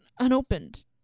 Unopened